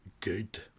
good